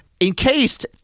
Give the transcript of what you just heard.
encased